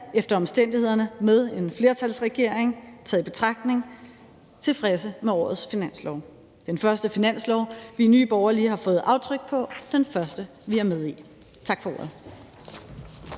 efter omstændighederne og med en flertalsregering taget i betragtning tilfredse med årets finanslov. Det er den første finanslov, vi i Nye Borgerlige har fået aftryk på, den første, vi er med i. Tak for ordet.